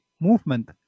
movement